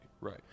right